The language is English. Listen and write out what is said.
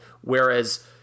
Whereas